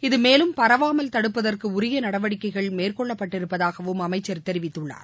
இது மேலும் பரவாமல் தடுப்பதற்குஉரியநடவடிக்கைகள் மேற்கொள்ளபட்டிருப்பதாகவும் அமைச்ச் தெரிவித்துள்ளார்